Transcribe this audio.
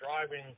driving